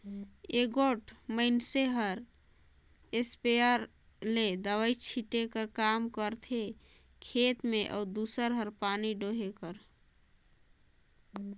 एगोट मइनसे हर इस्पेयर ले दवई छींचे कर काम करथे खेत में अउ दूसर हर पानी डोहे कर